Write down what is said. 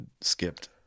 skipped